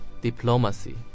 Diplomacy